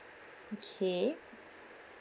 okay